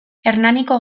hernaniko